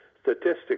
statistics